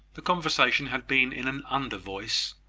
the conversation had been in an under voice,